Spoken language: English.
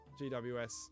GWS